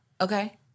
Okay